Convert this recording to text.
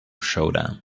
showdown